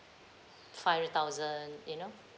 five hundred thousand you know